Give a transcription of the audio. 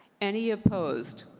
any opposed?